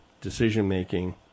decision-making